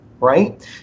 right